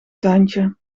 tuintje